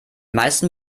meisten